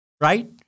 Right